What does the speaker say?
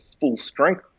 full-strength